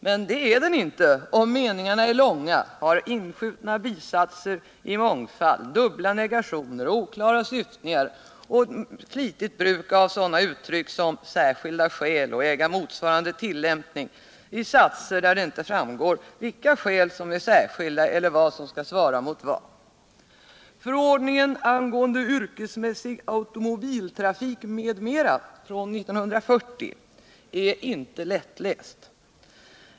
Men det är den inte om meningarna är långa samt har många inskjutna bisatser, dubbla negationer, oklara syftningar och ett flitigt bruk av sådana uttryck som ”särskilda skäl” och ”äga motsvarande tillämpning” i satser, där det inte alls framgår vilka skäl som kan anses vara särskilda eller vad som skall motsvara vad. Förordningen angående yrkesmässig automobiltrafik m.m. från 1940 är inte lättläst.